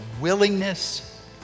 willingness